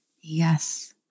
Yes